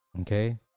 Okay